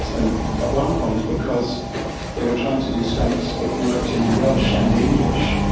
and at one point, because they were trying to do stamps that worked in welsh and english,